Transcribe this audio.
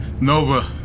Nova